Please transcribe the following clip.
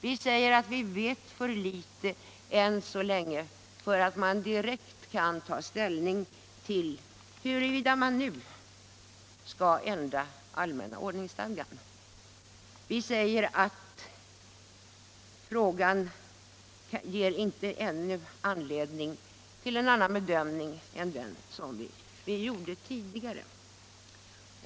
Vi säger att vi vet för litet än så länge för att direkt kunna ta ställning till huruvida man nu skall ändra allmänna ordningsstadgan och menar att frågan ännu inte ger anledning till någon annan bedömning än den som vi gjorde tidigare.